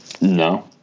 No